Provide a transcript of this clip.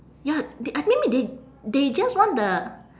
ya t~ I think they m~ they they just want the